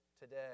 today